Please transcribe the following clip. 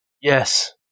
Yes